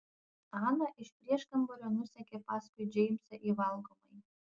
ana iš prieškambario nusekė paskui džeimsą į valgomąjį